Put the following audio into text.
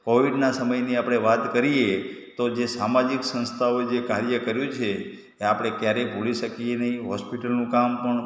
કોવિડના સમયની આપણે વાત કરીએ તો જે સામાજિક સંસ્થાઓએ જે કાર્ય કર્યું છે એ આપણે ક્યારેય ભૂલી શકીએ નહિ હૉસ્પિટલનું કામ પણ